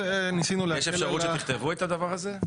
יש אפשרות שתכתבו את הדבר הזה?